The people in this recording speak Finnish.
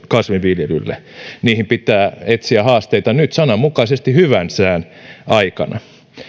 kasvinviljelylle niihin pitää etsiä ratkaisuja nyt sananmukaisesti hyvän sään aikana